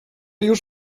już